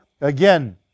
again